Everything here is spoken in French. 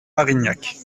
arignac